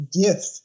gift